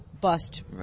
bust